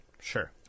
Sure